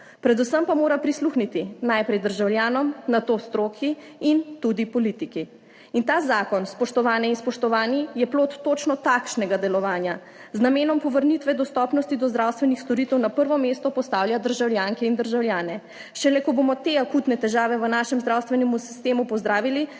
predvsem pa mora prisluhniti najprej državljanom, nato stroki in tudi politiki. In ta zakon, spoštovane in spoštovani, je plod točno takšnega delovanja z namenom povrnitve dostopnosti do zdravstvenih storitev na prvo mesto postavlja državljanke in državljane, šele ko bomo te akutne težave v našem zdravstvenem sistemu pozdravili,